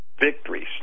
victories